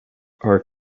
are